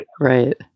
right